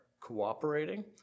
cooperating